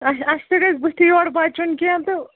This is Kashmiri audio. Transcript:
اَچھا اَسہِ تہِ گژھِ بٕتھِ یورٕ بَچُن کیٚنٛہہ تہٕ